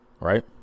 right